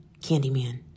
Candyman